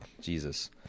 Jesus